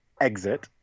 exit